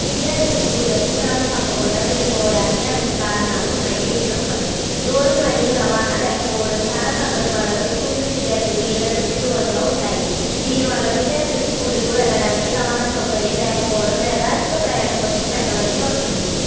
విద్యార్థులు స్కూల్కు క్రమం తప్పకుండా వెళ్ళిపోవడానికి అనేక కారణాలున్నాయి వీటిలో కొన్ని దూరం మరియు రవాణా లేకపోవడం చాలా సందర్భాలలో స్కూల్ విద్యార్థుల నుండి దూరంగా ఉంటాయి దీనివల్ల విద్యార్థులు స్కూలుకు వెళ్లడానికి రవాణా సౌకర్యం లేక పోవడం లేదా అధిక ప్రయాణ ఖర్చు పెట్టవలసి వస్తుంది